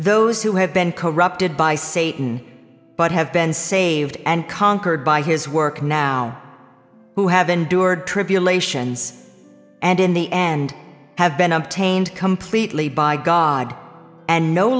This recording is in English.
those who have been corrupted by satan but have been saved and conquered by his work now who have endured tribulations and in the end have been obtained completely by god and no